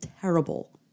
terrible